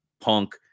punk